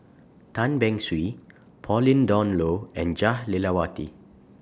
Tan Beng Swee Pauline Dawn Loh and Jah Lelawati